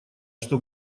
что